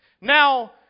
Now